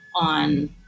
on